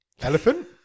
Elephant